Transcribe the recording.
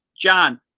John